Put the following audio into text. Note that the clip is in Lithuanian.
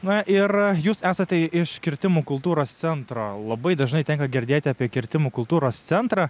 na ir jūs esate iš kirtimų kultūros centro labai dažnai tenka girdėti apie kirtimų kultūros centrą